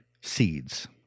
seeds